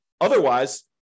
Otherwise